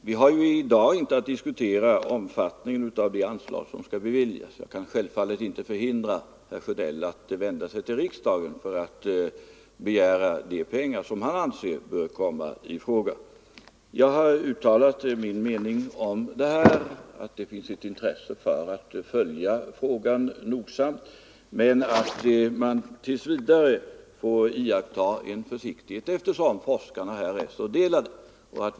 Herr talman! Jag vill helt kort säga att vi i dag inte har att diskutera omfattningen av det anslag som skall beviljas. Jag kan självfallet inte förhindra herr Sjönell att vända sig till riksdagen för att begära de pengar han anser bör komma i fråga. Jag har uttalat min mening. Det finns ett intresse för att nogsamt följa frågan, men man får tills vidare iaktta försiktighet, eftersom uppfattningarna bland forskarna är så delade.